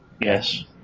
Yes